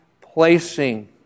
placing